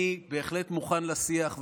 אני בהחלט מוכן לשיח,